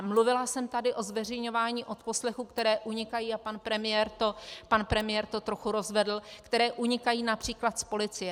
Mluvila jsem tady o zveřejňování odposlechů, které unikají, a pan premiér to trochu rozvedl, které unikají například z policie.